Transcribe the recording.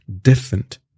different